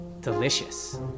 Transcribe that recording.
delicious